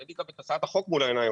אין לי גם את הצעת החוק מול העיניים,